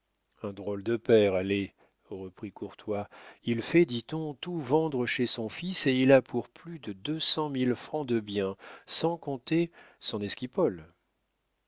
un drôle de père allez reprit courtois il fait dit-on tout vendre chez son fils et il a pour plus de deux cent mille francs de bien sans compter son esquipot